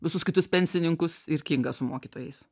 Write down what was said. visus kitus pensininkus ir kingą su mokytojais